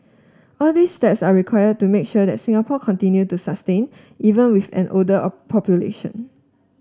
all these steps are required to make sure that Singapore continue to sustain even with an older population